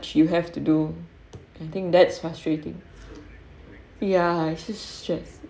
you have to do I think that's frustrating ya I just stre~